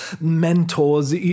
Mentors